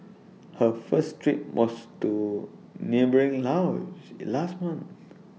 her first trip was to neighbouring Laos last month